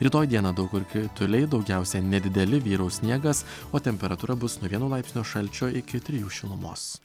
rytoj dieną daug kur krituliai daugiausiai nedideli vyraus sniegas o temperatūra bus nuo vieno laipsnio šalčio iki trijų šilumos